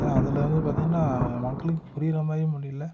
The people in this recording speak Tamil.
ஏன் அதில் வந்து பார்த்திங்கனா மக்களுக்கு புரிகிற மாதிரி மொழியில்